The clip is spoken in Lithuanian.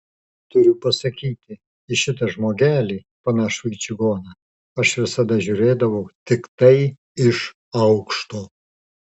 turiu pasakyti į šitą žmogelį panašų į čigoną aš visada žiūrėdavau tiktai iš aukšto